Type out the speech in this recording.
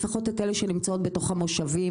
לפחות את אלה שנמצאות בתוך המושבים,